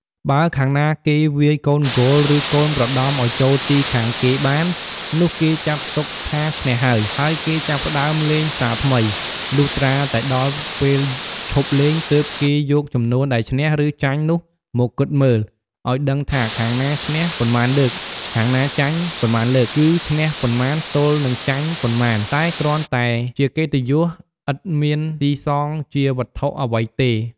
បើខាងណាគេវាយកូនគោល ឬកូនប្រដំឲ្យចូលទីខាងគេបាន នោះគេចាត់ទុកថាឈ្នះហើយ ហើយគេចាប់ផ្ដើមលេងសារថ្មី លុះត្រាតែដល់ពេលឈប់លេងទើបគេយកចំនួនដែលឈ្នះ ឬចាញ់នោះមកគិតមើល ឲ្យដឹងថាខាងណាឈ្នះប៉ុន្មានលើក ខាងណាចាញ់ប៉ុន្មានលើក គឹឈ្នះប៉ុន្មានទល់នឹងចាញ់ប៉ុន្មាន តែគ្រាន់តែជាកិត្តិយស ឥតមានសុីសងជាវត្ថុអ្វីទេ។